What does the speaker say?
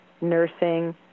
nursing